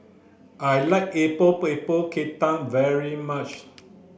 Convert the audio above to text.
I like Epok Epok Kentang very much